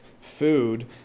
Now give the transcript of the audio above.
food